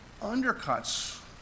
undercuts